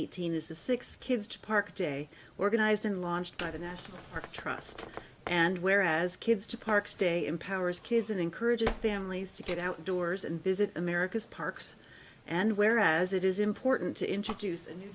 eighteen is the six kids to park day organized in launched by the national park trust and where as kids to park stay empowers kids and encourages families to get outdoors and visit america's parks and whereas it is important to introduce a